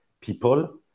people